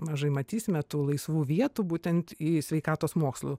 mažai matysime tų laisvų vietų būtent į sveikatos mokslų